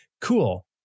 cool